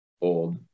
old